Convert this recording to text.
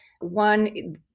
One